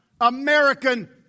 American